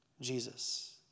Jesus